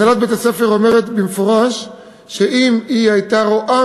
הנהלת בית-הספר אומרת במפורש שאם היא הייתה רואה